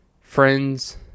friends